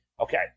Okay